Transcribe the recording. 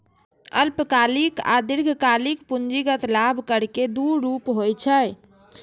अल्पकालिक आ दीर्घकालिक पूंजीगत लाभ कर के दू रूप होइ छै